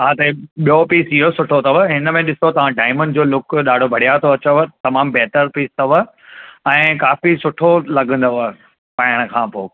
हा त हे ॿियो पीस इहो सुठो अथव हिनमें ॾिसो तव्हां डायमंड जो लुक ॾाढो बढ़िया थो अचेव तमामु बहितरु पीस अथव ऐं काफी सुठो लॻंदव पाईण खां पोइ